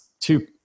two